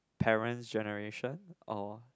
parent's generation or